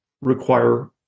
require